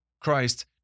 Christ